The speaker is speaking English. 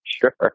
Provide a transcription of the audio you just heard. Sure